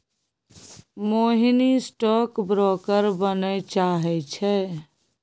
मोहिनी stock broker बनय चाहै छै